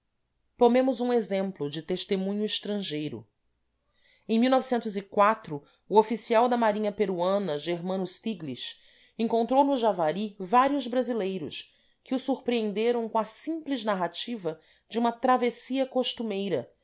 tomemos um exemplo de testemunho estrangeiro m o oficial da marinha peruana germano stiglich encontrou no javari vários brasileiros que o surpreenderam com a simples narrativa de uma travessia costumeira